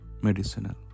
medicinal